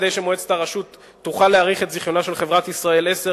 כדי שמועצת הרשות תוכל להאריך את זיכיונה של חברת "ישראל 10",